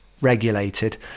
regulated